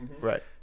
Right